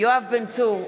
יואב בן צור,